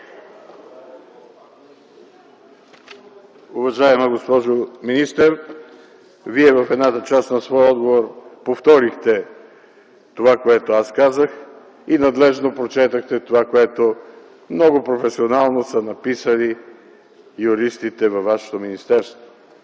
Уважаема госпожо министър, в едната част на своя отговор Вие повторихте това, което аз казах, и надлежно прочетохте това, което много професионално са написали юристите във вашето министерство.